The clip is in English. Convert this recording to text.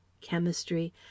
chemistry